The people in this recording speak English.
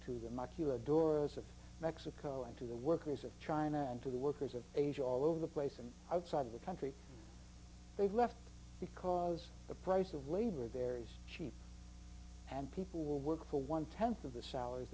to them i q adorers of mexico and to the workers of china and to the workers of asia all over the place and outside the country they've left because the price of labor there is cheap and people will work for th of the salaries